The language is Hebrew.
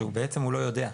שבעצם הוא לא יודע.